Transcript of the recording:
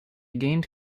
gained